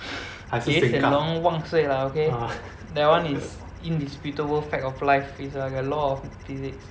lee hsien loong 万岁 lah okay that one is indisputable fact of life is like the law of physics